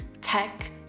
tech